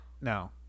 no